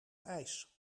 ijs